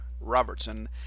Robertson